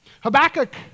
Habakkuk